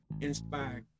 inspired